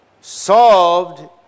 solved